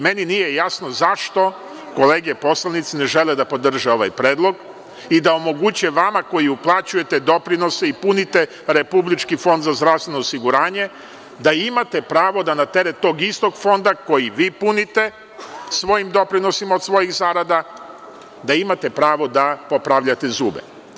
Meni nije zašto kolege poslanici ne žele da podrže ovaj predlog i da omoguće vama koji uplaćujete doprinose i punite RFZO da imate pravo da na teret tog istog Fonda koji vi punite svojim doprinosima od svojih zarada, da imate pravo da popravljate zube.